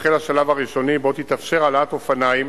יחל השלב הראשוני, ובו תתאפשר העלאת אופניים